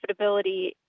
profitability